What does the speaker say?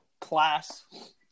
class –